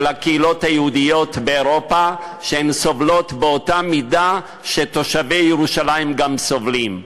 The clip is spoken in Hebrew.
הקהילות היהודיות באירופה שסובלות באותה המידה שתושבי ירושלים סובלים.